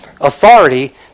authority